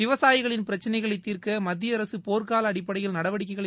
விவசாயிகளின் பிரச்சினைகளை தீர்க்க மத்திய அரசு போர்க்கால அடிப்படையில் நடவடிக்கைகளை